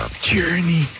Journey